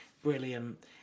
Brilliant